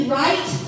right